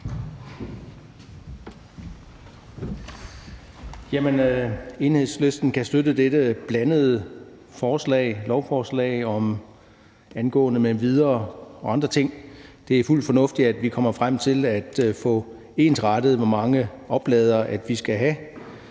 Enhedslisten kan støtte dette blandede lovforslag angående »m.v.« og andre ting. Det er fuldt ud fornuftigt, at vi kommer frem til at få ensrettet, hvor mange opladere vi skal have.